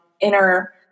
inner